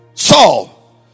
Saul